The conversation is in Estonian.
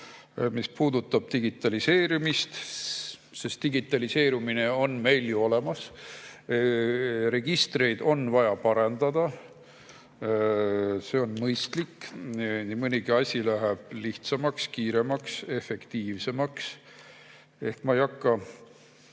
mis puudutab digitaliseerimist, sest digitaliseerimine on meil ju olemas, registreid on vaja parendada. See on mõistlik. Nii mõnigi asi läheb lihtsamaks, kiiremaks ja efektiivsemaks. Ma ei hakka